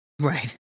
Right